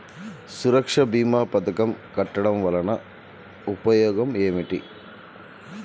సురక్ష భీమా పథకం కట్టడం వలన ఉపయోగం ఏమిటి?